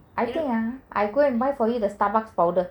I think ah I go and buy for you the Starbucks powder